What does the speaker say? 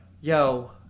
Yo